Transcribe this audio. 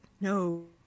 No